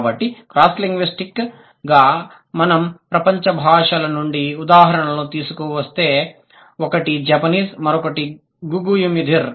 కాబట్టి cross linguistic గా మనం ప్రపంచ భాషల నుండి ఉదాహరణలను తీసుకువస్తే ఒకటి జపనీస్ మరొకటి గుగు యిమిధీర్